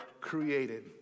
created